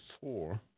four